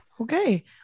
Okay